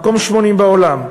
מקום 80 בעולם.